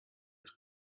was